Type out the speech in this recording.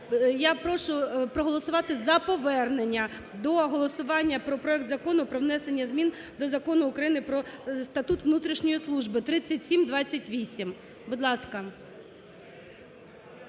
Я прошу проголосувати за повернення до голосування про проект Закону про внесення змін до Закону України про Статут внутрішньої служби ( 3728), будь ласка.